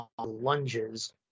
lunges